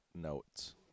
notes